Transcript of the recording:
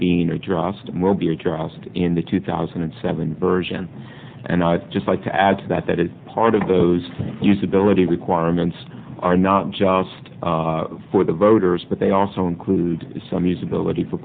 addressed in the two thousand and seven version and i just like to add to that that is part of those usability requirements are not just for the voters but they also include some usability for